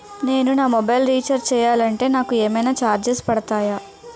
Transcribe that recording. నేను నా mobile recharge చేయాలంటే నాకు ఏమైనా చార్జెస్ పడతాయా?